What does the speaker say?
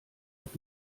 auf